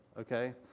okay